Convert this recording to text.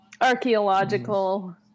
archaeological